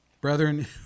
Brethren